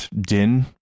Din